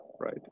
right